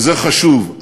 וזה חשוב,